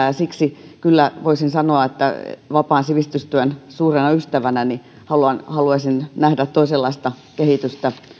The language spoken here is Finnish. ja siksi kyllä voisin sanoa vapaan sivistystyön suurena ystävänä että haluaisin nähdä toisenlaista kehitystä